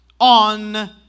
on